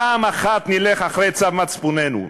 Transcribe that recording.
פעם אחת נלך אחרי צו מצפוננו.